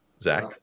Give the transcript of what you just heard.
Zach